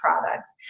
products